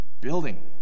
building